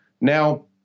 Now